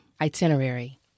itinerary